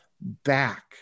back